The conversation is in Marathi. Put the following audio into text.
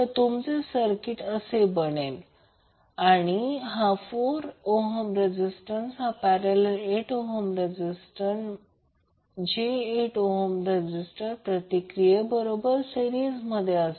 तर तुमचे सर्किट असे बनेल आणि हा 4 ohm रेझीस्टंस हा parallel 8 ohm resistance j6 ohm प्रतिक्रिये बरोबर सिरिसमध्ये आहे